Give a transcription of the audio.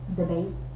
debate